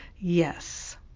yes